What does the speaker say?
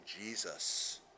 Jesus